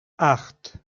acht